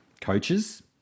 coaches